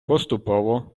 поступово